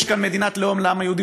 יש כאן מדינת לאום לעם היהודי.